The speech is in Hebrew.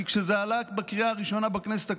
כי כשזה עלה בקריאה ראשונה בכנסת הקודמת,